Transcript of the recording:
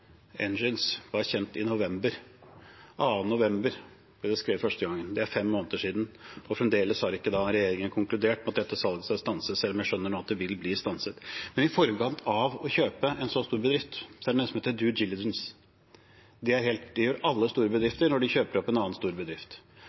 var kjent i november. Det ble første gang skrevet om 2. november. Det er fem måneder siden. Fremdeles har ikke regjeringen konkludert med at dette salget skal stanses, selv om jeg nå skjønner at det vil bli stanset. I forkant av å kjøpe en så stor bedrift er det noe som heter «due diligence». Det gjør alle store bedrifter når de kjøper opp en annen stor bedrift.